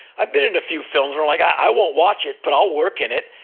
i've been in a few films where i'm like, i won't watch it but i'll work in it.